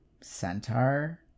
centaur